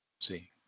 See